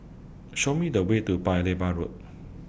Show Me The Way to Paya Lebar Road